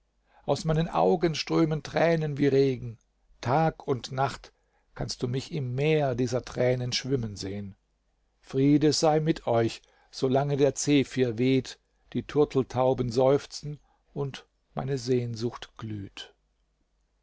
aus meinen augen strömen tränen wie regen tag und nacht kannst du mich im meer dieser tränen schwimmen sehen friede sei mit euch solange der zephyr weht die turteltauben seufzen und meine sehnsucht glüht